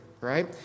right